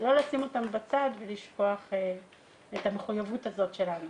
ולא לשים אותן בצד ולשכוח את המחויבות הזאת שלנו.